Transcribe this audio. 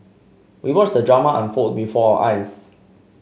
we watched the drama unfold before eyes